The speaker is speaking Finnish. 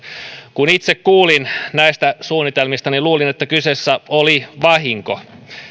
kun itse kuulin näistä suunnitelmista niin luulin että kyseessä oli vahinko